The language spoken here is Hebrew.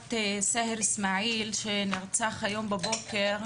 משפחת סאהר איסמעיל שנרצח הבוקר.